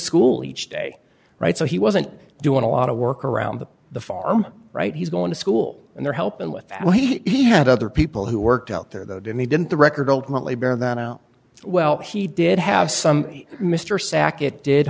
school each day right so he wasn't doing a lot of work around the farm right he's going to school and they're helping with what he had other people who worked out there though didn't he didn't the record ultimately bear that out well he did have some mr sacket did